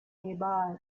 nearby